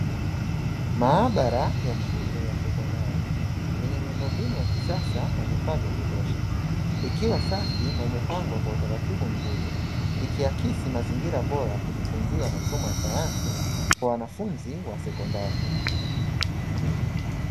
Maabara ya shule ya sekondari yenye miundombinu ya kisasa na vifaa vya kutosha. Ikiwa safi na imepangwa kwa utaratibu mzuri, ikiakisi mazingira bora ya kujifunzia masomo ya sayansi kwa wanafunzi wa sekondari.